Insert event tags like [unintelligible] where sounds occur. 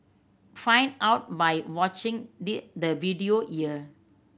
find out by watching [unintelligible] the video here